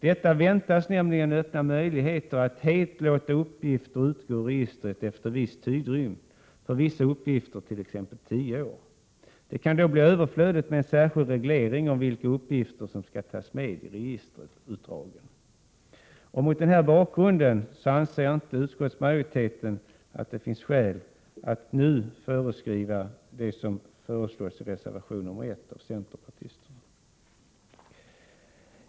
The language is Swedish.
Detta väntas nämligen öppna möjligheter att helt låta uppgifter utgå ur registret efter viss tidrymd, för vissa uppgifter t.ex. tio år. Det kan då bli överflödigt med en särskild reglering av vilka uppgifter som skall tas med i registerutdrag. Mot denna bakgrund anser utskottsmajoriteten att det inte finns skäl att nu föreskriva det som föreslås i reservation 1 av centerpartisterna.